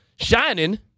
shining